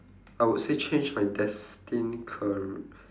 I would say change my destined car~